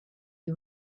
you